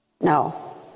No